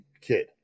kid